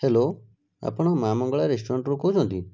hello ଆପଣ ମାଁ Mangala restaurant ରୁ କହୁଛନ୍ତି